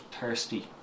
thirsty